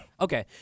Okay